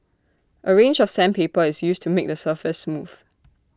A range of sandpaper is used to make the surface smooth